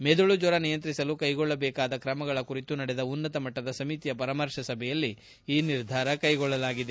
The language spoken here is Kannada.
ಮೆದುಳು ಜ್ವರ ನಿಯಂತ್ರಿಸಲು ಕೈಗೊಳ್ಳಬೇಕಾದ ಕ್ರಮಗಳ ಕುರಿತು ನಡೆದ ಉನ್ನತ ಮಟ್ಟದ ಸಮಿತಿಯ ಪರಾಮರ್ತೆ ಸಭೆಯಲ್ಲಿ ಈ ನಿರ್ಧಾರವನ್ನು ಕೈಗೊಳ್ಳಲಾಗಿದೆ